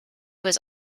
was